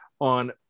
on